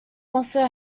also